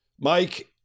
Mike